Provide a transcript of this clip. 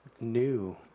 New